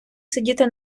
сидіти